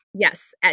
Yes